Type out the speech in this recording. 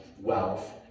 wealth